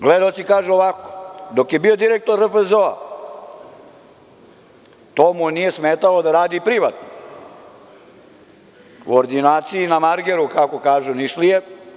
Gledaoci kažu ovako – dok je bio direktor RFZO-a, to mu nije smetalo da radi privatno u ordinaciji na margeru, kako kažu Nišlije.